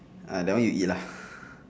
ah that one you eat lah